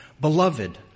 Beloved